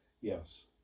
Yes